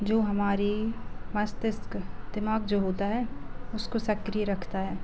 जो हमारी मष्तिष्क दिमाग जो होता है उसको सक्रिय रखता है